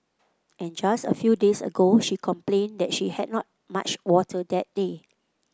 and just a few days ago she complained that she had not much water that day